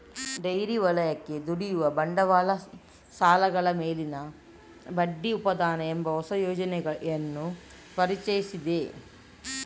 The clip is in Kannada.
ಡೈರಿ ವಲಯಕ್ಕೆ ದುಡಿಯುವ ಬಂಡವಾಳ ಸಾಲಗಳ ಮೇಲಿನ ಬಡ್ಡಿ ಉಪಾದಾನ ಎಂಬ ಹೊಸ ಯೋಜನೆಯನ್ನು ಪರಿಚಯಿಸಿದೆ